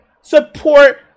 support